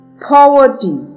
poverty